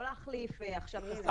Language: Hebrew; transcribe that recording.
לא להחליף עכשיו את הסנן.